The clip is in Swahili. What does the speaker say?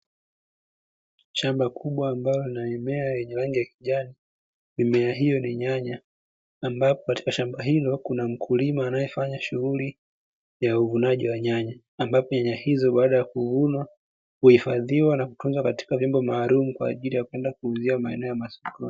Shamba kubwa ambalo lina mimea yenye rangi ya kijani, mimea hiyo ni nyanya ambapo katika shambani hilo kuna mkulima anayefanya shughuli ya uvunaji wa nyanya, amabapo nyanya hizo baada ya kuvunwa huifadhiwa na kutunzwa katika vyombo maalumu kwa ajili ya kwenda kuuzia maeneo ya masokoni.